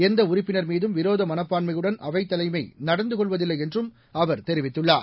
எந்த உறுப்பினர் மீதும் விரோத மனப்பாண்மையுடன் அவைத் தலைமை நடந்துகொள்வதில்லை என்றும் தெரிவித்துள்ளார்